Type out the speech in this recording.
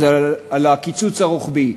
על הקיצוץ הרוחבי.